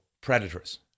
predators